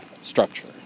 structure